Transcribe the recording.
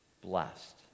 Blessed